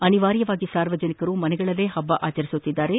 ಅನಿವಾರ್ಯವಾಗಿ ಸಾರ್ವಜನಿಕರು ಮನೆಗಳಲ್ಲೇ ಹಬ್ಬ ಆಚರಿಸುತ್ತಿದ್ದಾರೆ